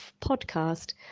podcast